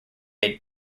made